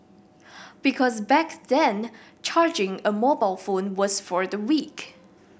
because back then charging a mobile phone was for the weak